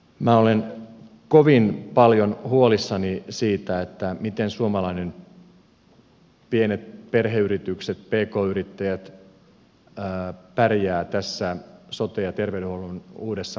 minä olen kovin paljon huolissani siitä miten suomalaiset pienet perheyritykset pk yrittäjät pärjäävät tässä sote ja terveydenhuollon uudessa maailmassa